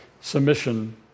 submission